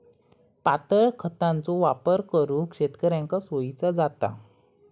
पातळ खतांचो वापर करुक शेतकऱ्यांका सोयीचा जाता